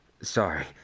sorry